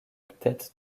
tête